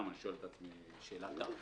אני שואל את עצמי שאלת תם.